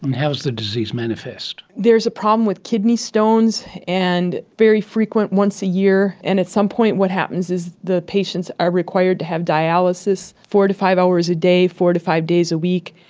and how does the disease manifest? there's a problem with kidney stones, and very frequent, once a year, and at some point what happens is the patients are required to have dialysis four to five hours a day, four to five days a week.